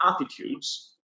attitudes